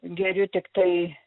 geriu tiktai